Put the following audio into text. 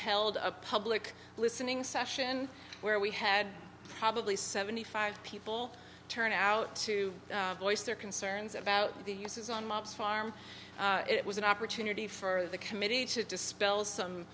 held a public listening session where we had probably seventy five people turn out to voice their concerns about the uses on mobs farm it was an opportunity for the committee to dispel some